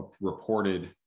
reported